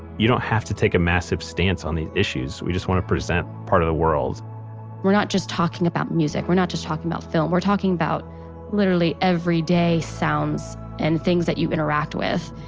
you don't have to take a massive stance on these issues. we just want to present part of the world we're not just talking about music. we're not just talking about film. we're talking about literally every day sounds and things you interact with.